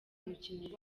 umukinnyi